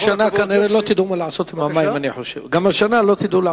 אני חושב שגם השנה כנראה לא תדעו מה